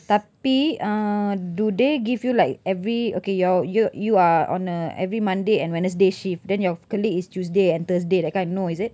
tapi uh do they give you like every okay you are you you are on a every monday and wednesday shift then your colleague is tuesday and thursday that kind no is it